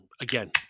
again